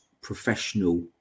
professional